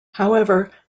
however